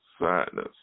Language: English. sadness